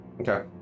Okay